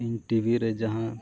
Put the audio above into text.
ᱤᱧ ᱴᱤᱵᱷᱤ ᱨᱮ ᱡᱟᱦᱟᱸ